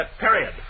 period